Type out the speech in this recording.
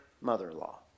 mother-in-law